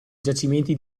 giacimenti